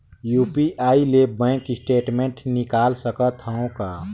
UPI ले bank statement निकाल सकत हवं का?